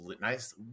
nice